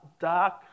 dark